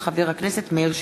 של חבר הכנסת מאיר שטרית,